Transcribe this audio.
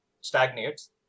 stagnates